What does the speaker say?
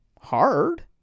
hard